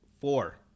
four